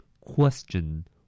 Question